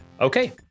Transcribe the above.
Okay